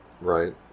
Right